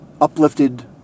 uplifted